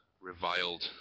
reviled